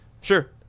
Sure